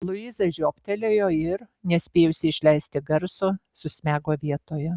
luiza žiobtelėjo ir nespėjusi išleisti garso susmego vietoje